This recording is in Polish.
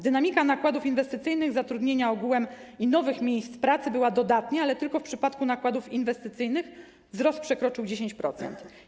Dynamika nakładów inwestycyjnych zatrudnienia ogółem i nowych miejsc pracy była dodatnia, ale tylko w przypadku nakładów inwestycyjnych wzrost przekroczył 10%.